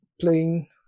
playing